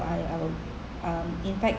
I I will um in fact